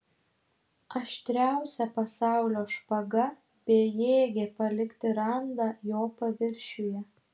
aštriausia pasaulio špaga bejėgė palikti randą jo paviršiuje